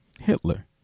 hitler